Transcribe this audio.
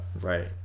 right